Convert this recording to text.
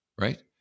right